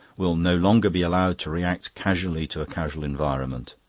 will no longer be allowed to react casually to a casual environment.